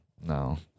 no